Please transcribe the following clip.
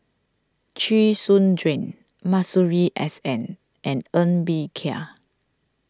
Chee Soon Juan Masuri S N and Ng Bee Kia